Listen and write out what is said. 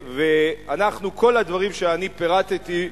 ואנחנו, כל הדברים שאני פירטתי,